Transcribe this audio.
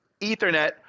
Ethernet